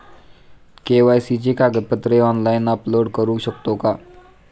KYC ची कागदपत्रे online upload करू शकतो का?